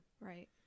Right